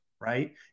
right